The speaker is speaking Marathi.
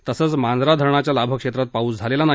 तसेच मांजरा धरणाच्या लाभक्षेत्रात पाऊस झालेला नाही